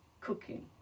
cooking